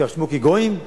תירשמו כגויים?